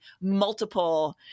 multiple